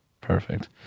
Perfect